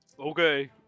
Okay